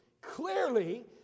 clearly